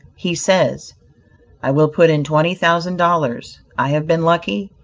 he says i will put in twenty thousand dollars. i have been lucky,